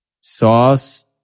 Sauce